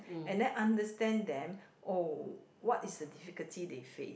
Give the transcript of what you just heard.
and then understand them oh what is the difficulty they face